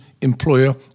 employer